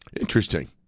Interesting